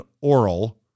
Oral